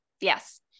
Yes